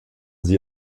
sie